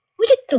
what is